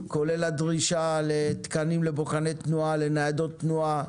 כולל הדרישה לתקנים לבוחני תנועה, לניידות תנועה,